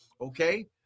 Okay